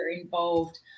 involved